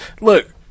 Look